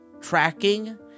tracking